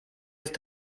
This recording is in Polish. jest